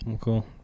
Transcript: Cool